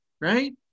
right